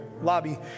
lobby